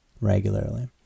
regularly